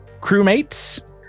crewmates